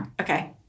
Okay